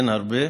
אין הרבה,